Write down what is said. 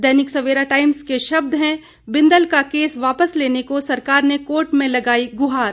दैनिक Savera Times के शब्द हैं बिंदल का केस वापस लेने को सरकार ने कोर्ट में लगाई गुहार